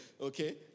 Okay